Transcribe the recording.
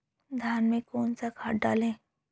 धान में कौन सा खाद डालें?